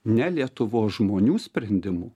ne lietuvos žmonių sprendimu